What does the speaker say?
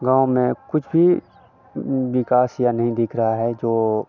गाँव में कुछ भी विकास या नहीं दिख रहा है जो